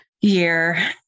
year